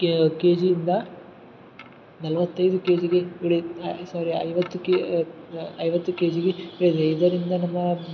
ಕೇ ಕೆಜಿ ಇಂದ ನಲ್ವತ್ತೈದು ಕೆಜಿಗೆ ಇಳಿಯಿತು ಆ ಐ ಸಾರಿ ಐವತ್ತಕ್ಕೆ ಐವತ್ತು ಕೆಜಿಲಿ ಇಳ್ದು ಇದರಿಂದ ನಮ್ಮ